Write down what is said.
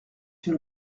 une